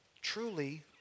truly